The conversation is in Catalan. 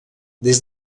des